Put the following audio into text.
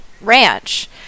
ranch